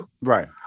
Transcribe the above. Right